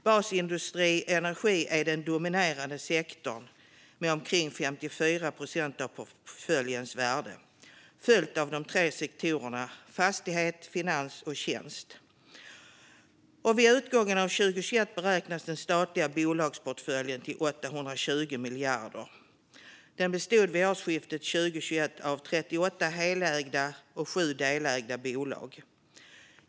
Basindustri och energi är den dominerande sektorn med omkring 54 procent av portföljens värde, följt av de tre sektorerna fastighet, finans och tjänst. Vid utgången av 2021 beräknas den statliga bolagsportföljen uppgå till 820 miljarder. Den bestod vid årsskiftet 2021/22 av 38 helägda och 7 delägda bolag.